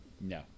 No